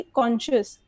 conscious